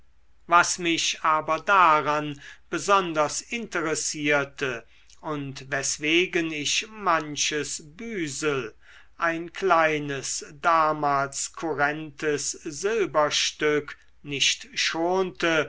was mich aber daran besonders interessierte und weswegen ich manches büsel ein kleines damals kurrentes silberstück nicht schonte